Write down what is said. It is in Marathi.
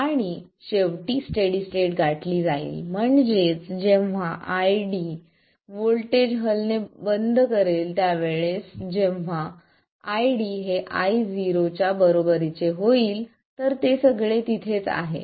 आणि शेवटी स्टेडी स्टेट गाठली जाईल म्हणजेच जेव्हा ID व्होल्टेज हलणे थांबेल जेव्हा ID हे Io च्याबरोबरी चे होईल तर ते सगळे तिथेच आहे